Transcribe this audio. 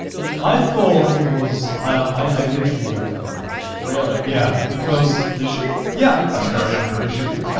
i thought it was, i literally walked out of the theater. really? yeah. because. did you? yeah. that's very un-british of you.